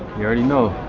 you already know.